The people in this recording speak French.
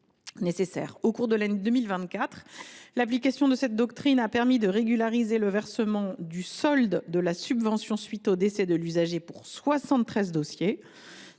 Au cours de l’année 2024, l’application de cette doctrine a permis de régulariser le versement du solde de la subvention à la suite du décès de l’usager pour 73 dossiers,